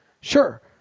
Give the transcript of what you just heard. Sure